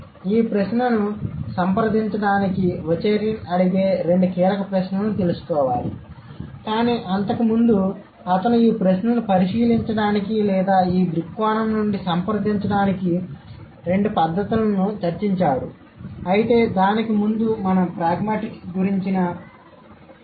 ఈ ప్రశ్నను సంప్రదించడానికివచేరిన్ అడిగే రెండు కీలక ప్రశ్నలను తెలుసుకోవాలి కానీ అంతకు ముందు అతను ఈ ప్రశ్నలను పరిశీలించడానికి లేదా ఈ దృక్కోణం నుండి సంప్రదించడానికి రెండు పద్ధతులను చర్చించాడు అయితే దానికి ముందు మనం ప్రాగ్మాటిక్స్ గురించిన కొంత సమాచారాన్ని చూద్దాం